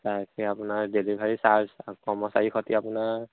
তাকে আপোনাৰ delivery charge কৰ্মচাৰী সৈতে আপোনাৰ